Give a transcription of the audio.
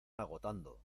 agotando